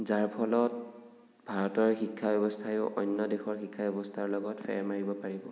যাৰ ফলত ভাৰতৰ শিক্ষা ব্যৱস্থাইও অন্য দেশৰ শিক্ষা ব্যৱস্থাৰ লগত ফেৰ মাৰিব পাৰিব